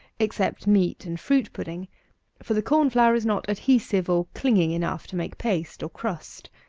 except meat and fruit pudding for the corn flour is not adhesive or clinging enough to make paste, or crust.